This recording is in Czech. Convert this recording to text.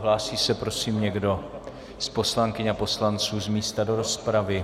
Hlásí se prosím někdo z poslankyň a poslanců z místa do rozpravy?